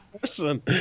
person